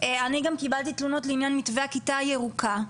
אני גם קיבלתי תלונות לעניין מתווה הכיתה הירוקה.